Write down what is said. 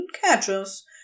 catches